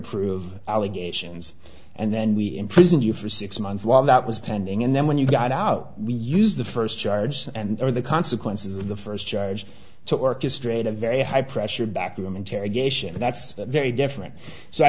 prove allegations and then we imprison you for six months while that was pending and then when you got out we use the first charge and there are the consequences of the first judge to orchestrate a very high pressure back room interrogation and that's a very different so i